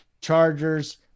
chargers